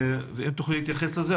אם תוכלי להתייחס לזה,